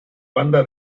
banda